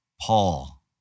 Paul